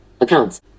accounts